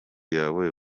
yawe